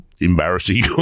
embarrassing